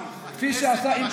כפי שעשה,